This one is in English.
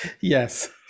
Yes